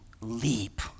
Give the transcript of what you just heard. leap